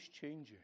changing